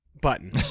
button